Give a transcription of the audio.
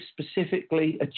specifically